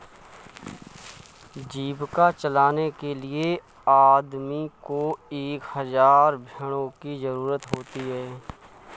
जीविका चलाने के लिए आदमी को एक हज़ार भेड़ों की जरूरत होती है